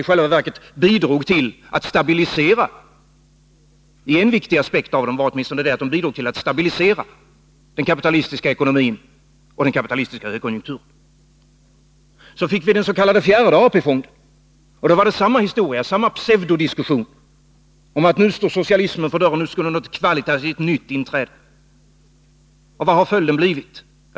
I själva verket bidrog AP-fonderna — vilket var en viktig aspekt av dem -— till att stabilisera den kapitalistiska ekonomin och den kapitalistiska högkonjunkturen. Så fick vi den s.k. fjärde AP-fonden. Då var det samma historia, och då fördes sammma pseudodiskussion om att socialismen stod för dörren och att något kvalificerat nytt skulle inträffa. Vad blev följden?